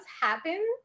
happen